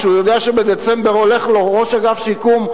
כשהוא יודע שבדצמבר הולך לו ראש אגף שיקום,